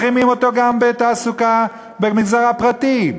מחרימים אותו גם בתעסוקה במגזר הפרטי.